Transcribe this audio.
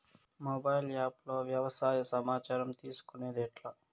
Mobile app లో వ్యవసాయ సమాచారం తీసుకొనేది ఎట్లా?